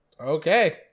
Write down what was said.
okay